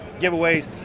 giveaways